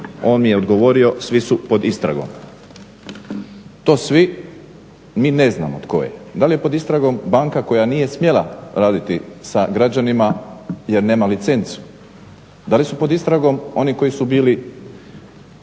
on mi je odgovorio svi su pod istragom. To svi mi ne znamo tko je. Da li je pod istragom banka koja nije smjela raditi sa građanima jer nema licencu. Da li su pod istragom oni koji su bili